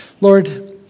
Lord